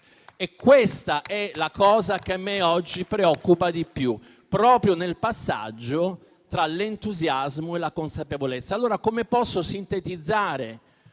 Questa è la cosa che a me oggi preoccupa di più proprio nel passaggio tra l'entusiasmo e la consapevolezza. Per sintetizzare